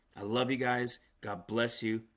i love you guys. god bless you.